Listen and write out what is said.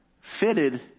fitted